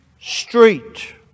street